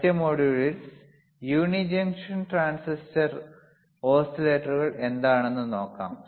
അടുത്ത മൊഡ്യൂളിൽ unijunction transistor UJT ഓസിലേറ്ററുകൾ എന്താണെന്ന് നോക്കാം